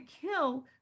kill